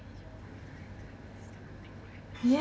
yes